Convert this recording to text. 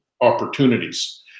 opportunities